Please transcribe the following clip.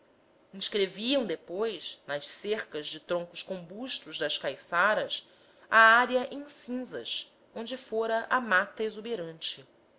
inscreviam depois nas cercas de troncos combustos das caiçaras a área em cinzas onde fora a mata exuberante